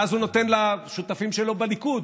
אז הוא נותן לשותפים שלו בליכוד,